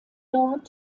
dort